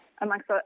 amongst